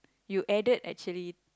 you added actually